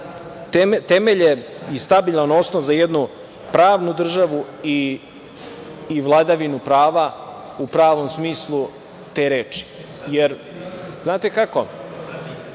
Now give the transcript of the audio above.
temelje i stabilan osnov za jednu pravnu državu i vladavinu prava u pravom smislu te reči, jer, znate kako,